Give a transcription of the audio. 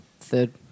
third